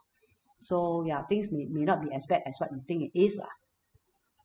so ya things may may not be as bad as what you think it is lah